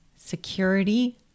security